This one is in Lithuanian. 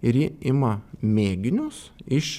ir ji ima mėginius iš